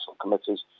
committees